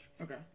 Okay